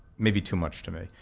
maybe too much to me,